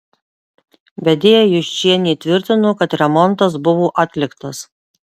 vedėja juščienė tvirtino kad remontas buvo atliktas